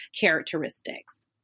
characteristics